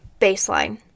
baseline